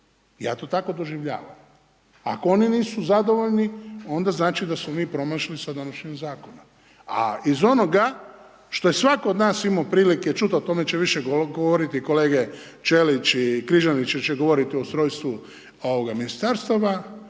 ja to tako doživljavam. Ako oni nisu zadovoljni, onda znači da smo mi promašili sa donošenjem zakona. A iz onoga što je svako od nas imao prilike čuti, o tome će više govoriti kolege Ćelić i Križanić jer će govoriti o ustrojstvu ministarstava,